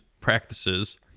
practices